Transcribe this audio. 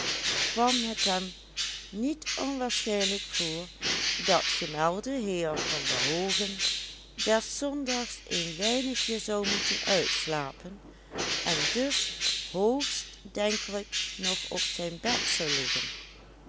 kwam het hem niet onwaarschijnlijk voor dat gemelde heer van der hoogen des zondags een weinigje zou moeten uitslapen en dus hoogstdenkelijk nog op zijn bed zou liggen